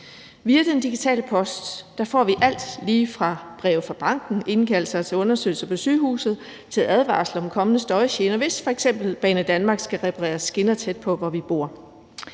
Via den digitale post får vi alt lige fra breve fra banken og indkaldelser til undersøgelser på sygehuset til advarsler om kommende støjgener, hvis f.eks. Banedanmark skal reparere skinner tæt på, hvor vi bor.